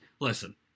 listen